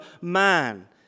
man